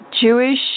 Jewish